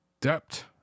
depth